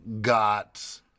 got